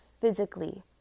physically